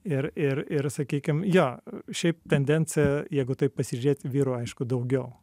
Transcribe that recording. ir ir ir sakykim jo šiaip tendencija jeigu taip pasižiūrėt vyrų aišku daugiau